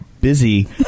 Busy